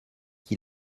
qui